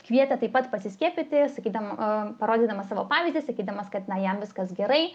kvietė taip pat pasiskiepyti sakydam parodydamas savo pavyzdį sakydamas kad na jam viskas gerai